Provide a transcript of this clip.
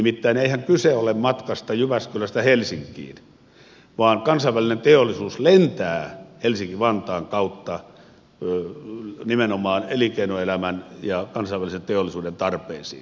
nimittäin eihän kyse ole matkasta jyväskylästä helsinkiin vaan kansainvälinen teollisuus lentää helsinki vantaan kautta nimenomaan elinkeinoelämän ja kansainvälisen teollisuuden tarpeisiin